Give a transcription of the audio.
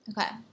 Okay